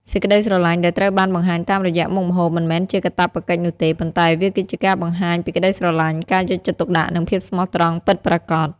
សេចក្ដីស្រឡាញ់ដែលត្រូវបានបង្ហាញតាមរយៈមុខម្ហូប មិនមែនជាកាតព្វកិច្ចនោះទេ ប៉ុន្តែវាគឺជាការបង្ហាញពីក្ដីស្រឡាញ់ ការយកចិត្តទុកដាក់ និងភាពស្មោះត្រង់ពិតប្រាកដ។